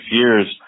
years